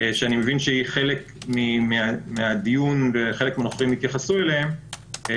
שאני מבין שהיא חלק מהדיון וחלק מהדוברים יתייחסו בהמשך